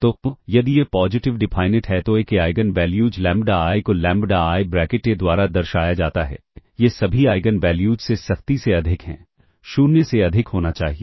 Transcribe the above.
तो यदि A positive definite है तो ए के आइगन वैल्यूज लैम्ब्डा I को लैम्ब्डा I ब्रैकेट ए द्वारा दर्शाया जाता है ये सभी आइगन वैल्यूज से सख्ती से अधिक हैं 0 से अधिक होना चाहिए